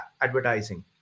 advertising